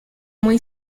muy